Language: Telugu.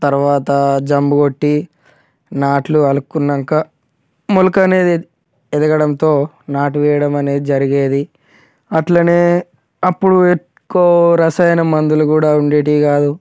తర్వాత జంబు కొట్టి నాట్లు అల్లుకున్నాక మొలక అనేది ఎదగడంతో నాటు వేయడం అనేది జరిగేది అట్లనే అప్పుడు ఎక్కువ రసాయన మందులు కూడా ఉండేవి కాదు